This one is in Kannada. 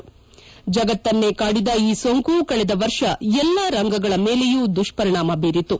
ಜಗತ್ತನ್ನೇ ಕಾಡಿದ ಈ ಸೋಂಕು ಕಳೆದ ವರ್ಷ ಎಲ್ಲ ರಂಗಗಳ ಮೇಲೆಯೂ ದುಷ್ಷರಿಣಾಮ ಬೀರಿತು